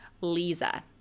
Lisa